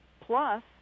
plus